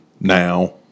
now